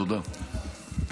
תודה רבה.